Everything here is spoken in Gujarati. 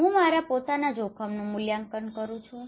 હું મારા પોતાના જોખમનું મૂલ્યાંકન કરું છું